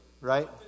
right